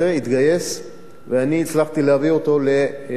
ואני הצלחתי להביא אותו לים-המלח,